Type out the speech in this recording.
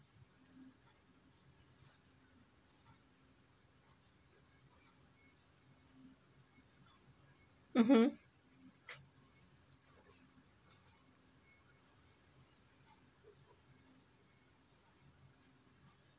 mmhmm